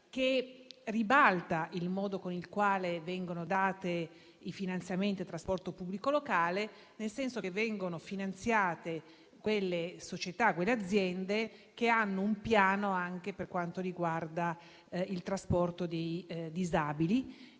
ribalta il modo con il quale vengono dati i finanziamenti al trasporto pubblico locale, nel senso che vengono finanziate le società e le aziende che hanno un piano anche per quanto riguarda il trasporto dei disabili.